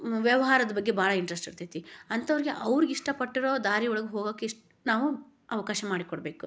ವ್ಯವಹಾರದ ಬಗ್ಗೆ ಭಾಳ ಇಂಟ್ರೆಸ್ಟ್ ಇರ್ತೈತಿ ಅಂಥೋರ್ಗೆ ಅವ್ರಿಗಿಷ್ಟ ಪಟ್ಟಿರೋ ದಾರಿ ಒಳಗೆ ಹೋಗೋಕಿಷ್ಟ ನಾವು ಅವಕಾಶ ಮಾಡಿಕೊಡ್ಬೇಕು